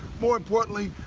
more importantly,